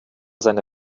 seine